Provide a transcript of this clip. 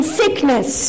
sickness